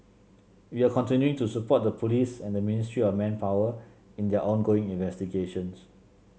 we are continuing to support the police and the Ministry of Manpower in their ongoing investigations